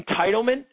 entitlement